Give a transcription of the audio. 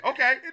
Okay